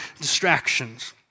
distractions